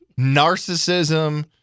narcissism